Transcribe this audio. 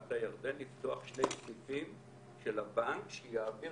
בבקעת הירדן לפתוח סניפים של הבנק שיעביר